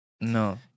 No